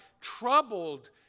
troubled